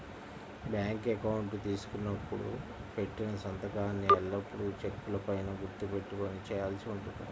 bank account తీసుకున్నప్పుడు పెట్టిన సంతకాన్నే ఎల్లప్పుడూ చెక్కుల పైన గుర్తు పెట్టుకొని చేయాల్సి ఉంటుంది